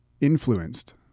influenced